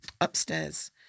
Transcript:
Upstairs